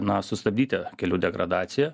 na sustabdyti kelių degradaciją